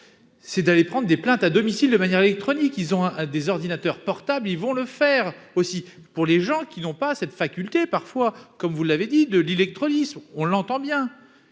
c'est d'aller prendre des plaintes à domicile de manière électronique, ils ont à des ordinateurs portables, ils vont le faire aussi pour les gens qui n'ont pas cette faculté parfois, comme vous l'avez dit de l'électrolyse, on l'entend bien,